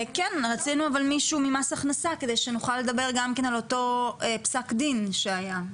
רצינו מישהו ממס הכנסה כדי שנוכל לדבר גם כן על אותו פסק דין שהיה.